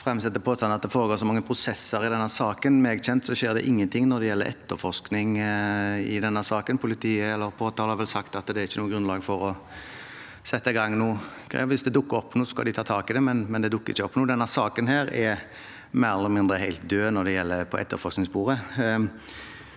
det foregår så mange prosesser i denne saken. Meg bekjent skjer det ingenting når det gjelder etterforskning i denne saken. Påtalemyndigheten har vel sagt at det ikke er noe grunnlag for å sette i gang noe. Hvis det dukker opp noe, skal de ta tak i det, men det dukker ikke opp noe. Denne saken er mer eller mindre helt død når det gjelder etterforskningssporet.